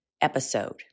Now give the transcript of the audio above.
episode